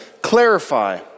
clarify